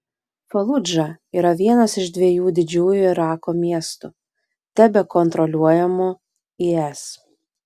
faludža yra vienas iš dviejų didžiųjų irako miestų tebekontroliuojamų is